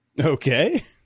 Okay